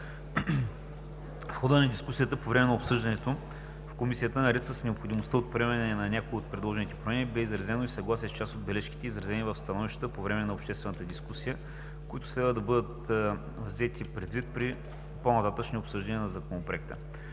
В хода на дискусията по време на обсъждането в Комисията наред с необходимостта от приемане на някои от предложените промени бе изразено и съгласие с част от бележките, изразени в становищата по време на обществената дискусия, които следва да бъдат взети предвид при по-нататъшното обсъждане на Законопроекта.